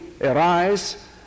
arise